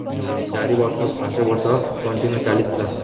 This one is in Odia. ଚାରି ବର୍ଷକୁ ପାଞ୍ଚ ବର୍ଷ କଣ୍ଟିନ୍ୟୁ ଚାଲିଥିଲା